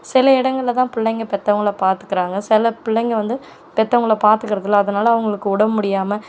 சில இடங்களில் தான் பிள்ளைங்கள் பெற்றவங்கள பார்த்துக்கிறாங்க சில பிள்ளைங்க வந்து பெற்றவங்கள பார்த்துக்கறது இல்லை அதனால் அவர்களுக்கு உடம்பு முடியாமல்